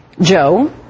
Joe